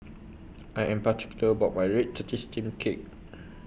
I Am particular about My Red Tortoise Steamed Cake